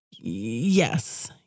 Yes